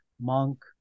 monk